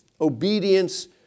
obedience